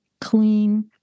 clean